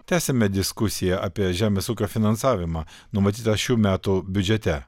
tęsiame diskusiją apie žemės ūkio finansavimą numatytą šių metų biudžete